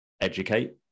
educate